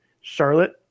Charlotte